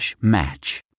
match